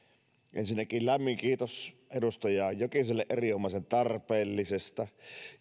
ensinnäkin lämmin kiitos edustaja jokiselle erinomaisen tarpeellisesta